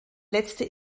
letzte